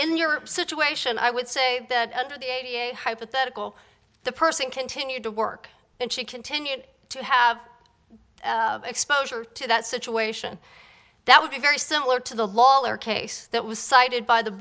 in your situation i would say that under the a b a hypothetical the person continued to work and she continued to have exposure to that situation that would be very similar to the lawler case that was cited by the